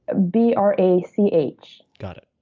b r a c h. got it.